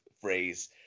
phrase